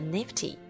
Nifty